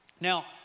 Now